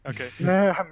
okay